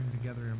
together